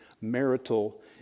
marital